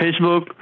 Facebook